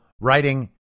writing